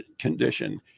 condition